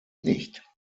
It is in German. nicht